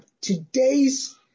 Today's –